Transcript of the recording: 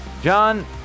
John